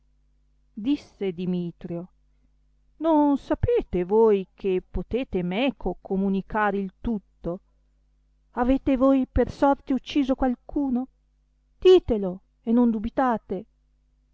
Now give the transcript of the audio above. disse dimitrio non sapete voi che potete meco comunicar il tutto avete voi per sorte ucciso alcuno ditelo e non dubitate